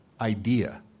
idea